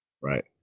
Right